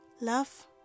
love